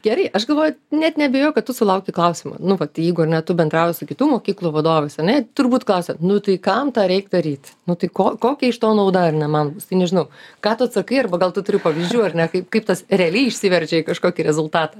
gerai aš galvoju net neabejoju kad tu sulauki klausimų nu vat jeigu ar ne tu bendrauji su kitų mokyklų vadovais ar ne turbūt klausia nu tai kam tą reik daryt nu tai ko kokia iš to nauda ar ne man tai nežinau ką tu atsakai arba gal tu turi pavyzdžių ar ne kaip kaip tas realiai išsiverčia į kažkokį rezultatą